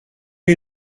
est